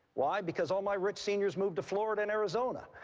why? because all my rich seniors moved to florida and arizona.